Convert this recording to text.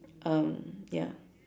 um ya